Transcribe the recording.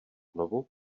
znovu